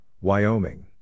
Wyoming